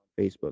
Facebook